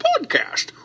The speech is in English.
podcast